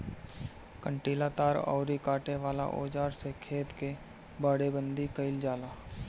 कंटीला तार अउरी काटे वाला औज़ार से खेत कअ बाड़ेबंदी कइल जाला